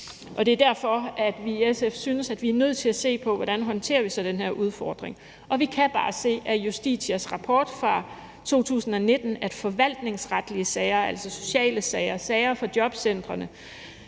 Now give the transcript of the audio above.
er også derfor, at vi i SF synes, at vi er nødt til at se på, hvordan vi så håndterer den her udfordring, og vi kan af Justitias rapport fra 2019 bare se, at de forvaltningsretlige sager, altså de sociale sager, sagerne fra jobcentrene